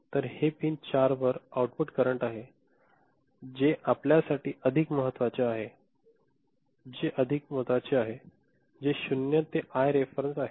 तर हे पिन 4 वर आउटपुट करंट आहे जे आपल्यासाठी अधिक महत्वाचे आहे जे अधिक महत्वाचे आहे जे 0 ते आय रेफेरेंस आहे